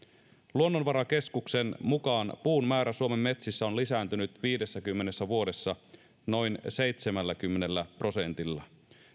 luonnonvarakeskuksen mukaan puun määrä suomen metsissä on lisääntynyt viidessäkymmenessä vuodessa noin seitsemälläkymmenellä prosentilla